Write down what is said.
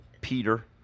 Peter